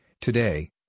Today